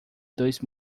dois